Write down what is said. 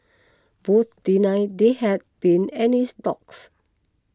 both denied they had been any talks